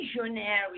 visionary